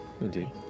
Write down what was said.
Indeed